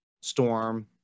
Storm